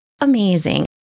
Amazing